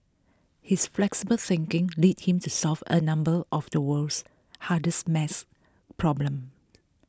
his flexible thinking led him to solve a number of the world's hardest maths problem